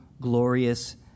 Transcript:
glorious